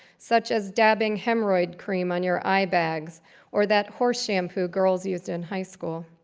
such as dabbing hemorrhoid cream on your eye bags or that horse shampoo girls used in high school.